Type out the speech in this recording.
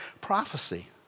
prophecy